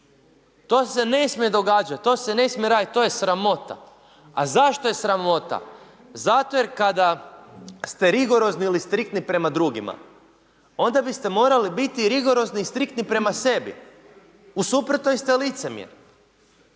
To se ne smije događati, to se ne smije raditi. To je sramota. A zašto je sramota? Zato jer kada ste rigorozni ili striktni prema drugima, onda biste morali biti i rigorozni i striktni prema sebi. U suprotnom ste licemjer.